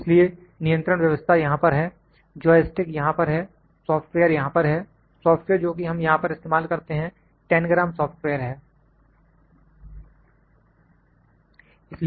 इसलिए नियंत्रण व्यवस्था यहां पर है जॉय स्टिक यहां पर है सॉफ्टवेयर यहां पर है सॉफ्टवेयर जो कि हम यहां पर इस्तेमाल करते हैं टेनग्राम सॉफ्टवेयर है